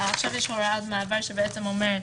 יש הוראת מעבר שאומרת